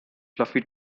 fluffy